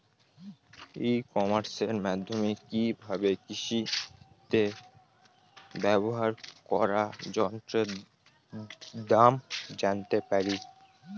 ই কমার্সের মাধ্যমে কি ভাবে কৃষিতে ব্যবহার করা যন্ত্রের দাম জানতে পারি?